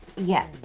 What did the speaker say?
yeah,